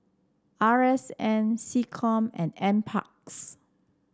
R S N SecCom and NParks